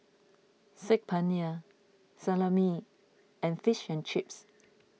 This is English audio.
Saag Paneer Salami and Fish and Chips